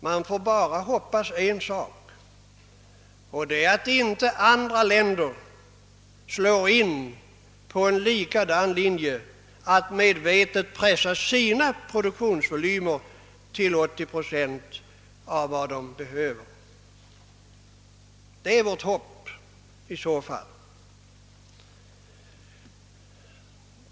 Man får i så fall hoppas att inte andra länder slår in på samma linje och medvetet pressar sina produktionsvolymer till 80 procent av vad de behöver.